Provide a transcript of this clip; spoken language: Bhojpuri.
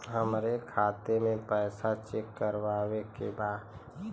हमरे खाता मे पैसा चेक करवावे के बा?